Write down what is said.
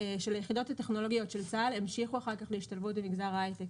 של היחידות הטכנולוגיות של צה"ל המשיכו אחר כך במגזר ההייטק.